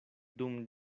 dum